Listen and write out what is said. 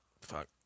Fuck